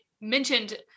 mentioned